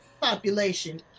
population